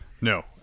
no